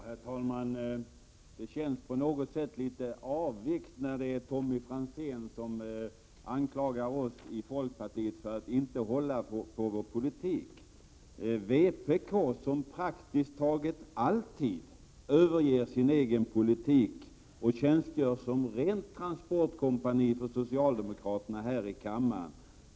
Herr talman! Det känns på något sätt litet avigt när Tommy Franzén anklagar oss i folkpartiet för att inte hålla på vår politik. Vpk överger ju praktiskt taget alltid sin egen politik och tjänstgör som ett rent transportkompani för socialdemokraterna här i kammaren.